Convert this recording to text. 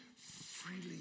freely